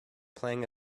playing